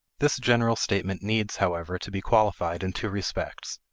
this general statement needs, however, to be qualified in two respects.